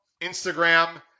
instagram